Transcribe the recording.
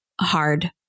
hard